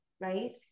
right